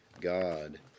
God